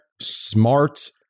smart